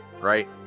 Right